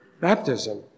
baptism